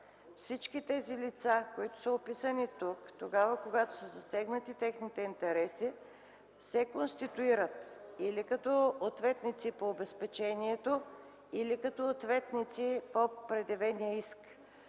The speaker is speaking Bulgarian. Всички тези лица, които са описани тук, когато са засегнати техните интереси, се конституират или като ответници по обезпечението, или като ответници по предявения иск.